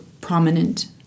prominent